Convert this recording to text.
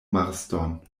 marston